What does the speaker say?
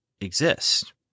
exist